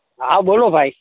હા બોલો ભાઈ